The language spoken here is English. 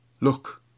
Look